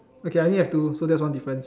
okay I only have two so that's one difference